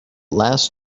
last